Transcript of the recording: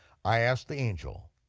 i asked the angel,